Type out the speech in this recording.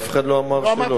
אף אחד לא אמר שלא.